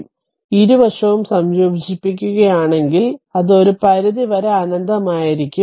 അതിനാൽ ഇരുവശവും സംയോജിപ്പിക്കുകയാണെങ്കിൽഅത് ഒരു പരിധി വരെ അനന്തമായിരിക്കും